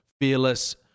Fearless